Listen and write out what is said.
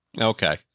Okay